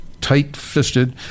tight-fisted